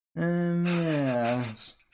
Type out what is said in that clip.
Yes